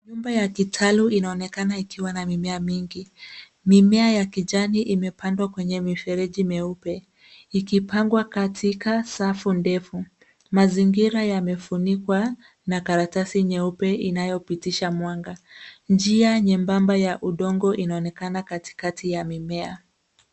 Nyumba ya kitalu inaonekana ikiwa na mimea mingi. Mimea ya kijani imepandwa kwenye mifereji meupe, ikipangwa katika safu ndefu. Mazingira yamefunikwa na karatasi nyeupe inayopitisha mwanga. Njia nyembamba ya udongo inaonekana katikati ya mimea.